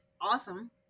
awesome